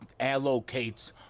allocates